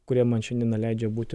kurie man šiandieną leidžia būti